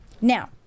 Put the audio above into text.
Now